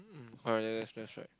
oh really that's that's right